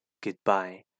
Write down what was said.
goodbye